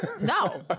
no